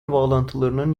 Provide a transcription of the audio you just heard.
bağlantılarının